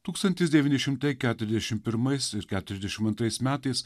tūkstantis devyni šimtai keturiasdešim pirmais ir keturiasdešim antrais metais